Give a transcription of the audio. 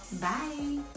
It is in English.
bye